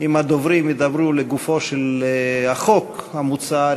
אם הדוברים ידברו לגופו של החוק המוצע,